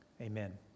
Amen